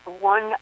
one